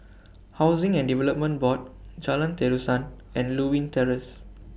Housing and Development Board Jalan Terusan and Lewin Terrace